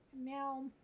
now